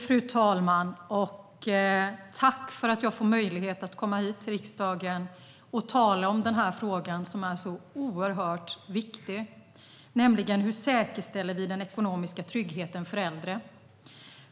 Fru talman! Tack för att jag har fått möjlighet att komma till riksdagen och tala om denna så oerhört viktiga fråga, nämligen hur vi ska säkerställa den ekonomiska tryggheten för äldre.